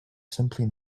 simply